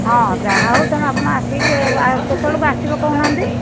ହଁ ଯାହା ହେଉ ତୁମେ ଆପଣ ଆସିକି କେତେବେଳକୁ ଆସିବେ କହୁନାହାନ୍ତି